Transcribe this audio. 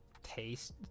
taste